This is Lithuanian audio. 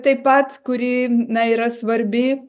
taip pat kuri na yra svarbi